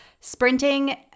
sprinting